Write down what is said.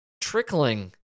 trickling